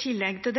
tillegg er